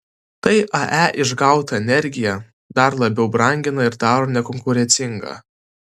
tai ae išgautą energiją dar labiau brangina ir daro nekonkurencingą